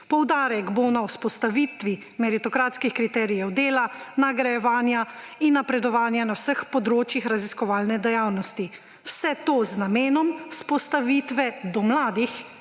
Poudarek bo na vzpostavitvi meritokratskih kriterijev dela, nagrajevanja in napredovanja na vseh področjih raziskovalne dejavnosti. Vse to z namenom vzpostavitve do mladih